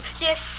Yes